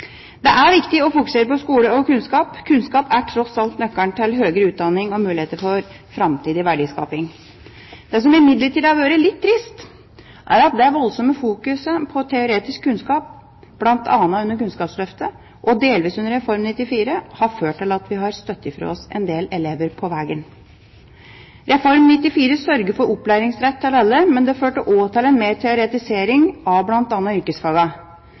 Det er viktig å fokusere på skole og kunnskap. Kunnskap er tross alt nøkkelen til høyere utdanning og muligheten for framtidig verdiskaping. Det som imidlertid har vært litt trist, er at det voldsomme fokuset på teoretisk kunnskap, bl.a. under Kunnskapsløftet, og delvis under Reform 94, har ført til at vi har støtt fra oss en del elever på veien. Reform 94 sørget for opplæringsrett til alle, men det førte også til mer teoretisering av